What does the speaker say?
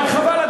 רק חבל,